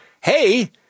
hey